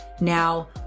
Now